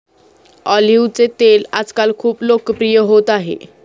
ऑलिव्हचे तेल आजकाल खूप लोकप्रिय होत आहे